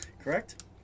correct